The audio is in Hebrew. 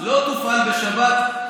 לא תופעל בשבת.